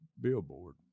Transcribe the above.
billboard